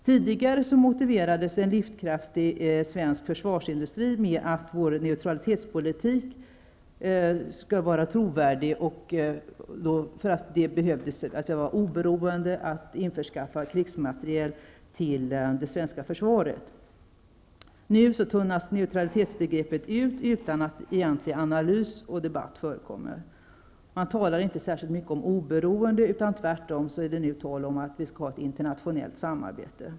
Tidigare motiverades en livskraftig svensk försvarsindustri med att det för att vår neutralitetspolitik skall vara trovärdig, behövdes att vi var oberoende att införskaffa krigsmateriel till det svenska försvaret. Nu tunnas neutralitetsbegreppet ut utan att egentlig analys och debatt förekommer. Man talar inte särskilt mycket om oberoende, utan nu är det tvärtom tal om att vi skall ha internationellt samarbete.